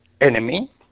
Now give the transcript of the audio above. enemy